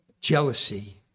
jealousy